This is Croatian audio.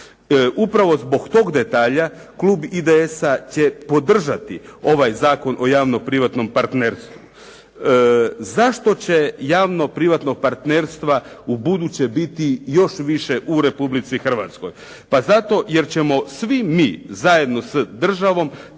Upravo zbog tog detalja klub IDS-a će podržati ovaj Zakon o javno-privatnom partnerstvu. Zašto će javno-privatnog partnerstva ubuduće biti još više u Republici Hrvatskoj? Pa zato jer ćemo svi mi zajedno sa državnom